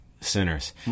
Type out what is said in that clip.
sinners